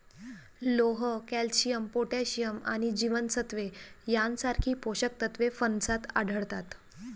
लोह, calcium, potassium आणि जीवनसत्त्वे यांसारखी पोषक तत्वे फणसात आढळतात